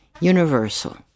universal